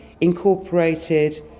incorporated